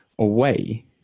away